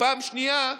פעם שנייה,